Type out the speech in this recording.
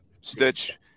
Stitch